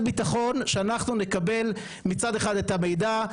ביטחון שאנחנו נקבל מצד אחד את המידע,